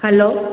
hello